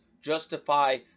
justify